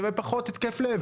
שווה פחות התקף לב".